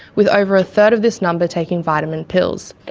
with over a third of this number taking vitamin pills.